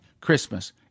Christmas